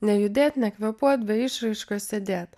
nejudėt nekvėpuot be išraiškos sėdėt